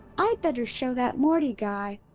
i'd better show that morty guy.